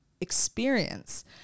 experience